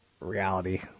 Reality